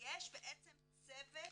ויש בעצם צוות